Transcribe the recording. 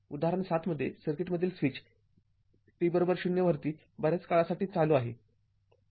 उदाहरण ७ मध्ये सर्किटमधील स्विच t० वरती बऱ्याच काळासाठी चालू आहे